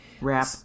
wrap